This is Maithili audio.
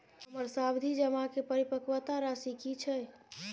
हमर सावधि जमा के परिपक्वता राशि की छै?